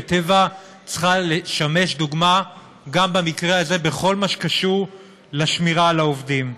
וטבע צריכה לשמש דוגמה גם במקרה הזה בכל מה שקשור לשמירה על העובדים.